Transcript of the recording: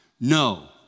No